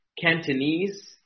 Cantonese